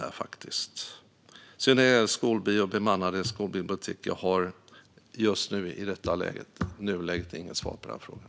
När det gäller skolbio och bemannade skolbibliotek har jag i nuläget inget svar på den frågan.